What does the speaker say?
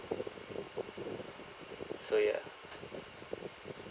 so yeah